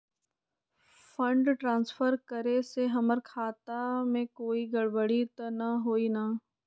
Fund transfer करे से हमर खाता में कोई गड़बड़ी त न होई न?